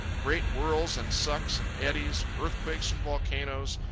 great whirls and sucks and eddies, earthquakes and volcanoes,